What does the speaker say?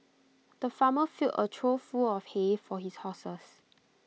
the farmer filled A trough full of hay for his horses